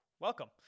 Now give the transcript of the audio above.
Welcome